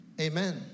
Amen